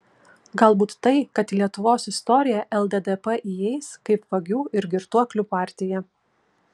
galbūt tai kad į lietuvos istoriją lddp įeis kaip vagių ir girtuoklių partija